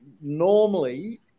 normally